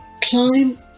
climb